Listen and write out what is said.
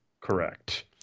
correct